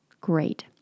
Great